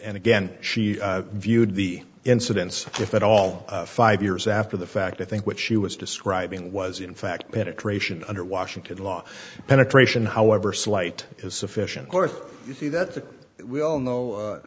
and again she viewed the incidents if at all five years after the fact i think what she was describing was in fact penetration under washington law penetration however slight is sufficient course you see that we all know